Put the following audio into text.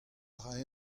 rae